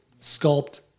sculpt